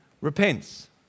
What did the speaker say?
repents